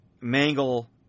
Mangle